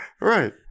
Right